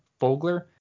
fogler